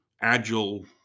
agile